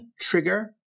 Trigger